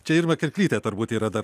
čia irma kirklytė turbūt yra dar